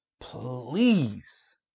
please